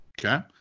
Okay